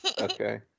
Okay